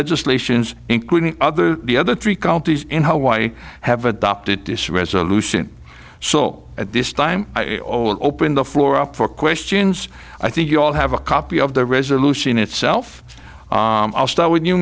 legislations including other the other three counties in hawaii have adopted this resolution so at this time it all open the floor up for questions i think you all have a copy of the resolution itself i'll start with